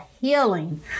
healing